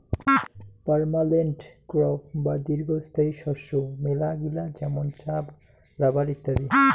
permanent crop বা দীর্ঘস্থায়ী শস্য মেলাগিলা যেমন চা, রাবার ইত্যাদি